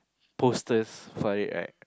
posters for it right